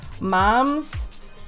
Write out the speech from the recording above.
moms